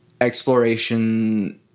Exploration